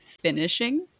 finishing